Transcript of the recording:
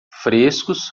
frescos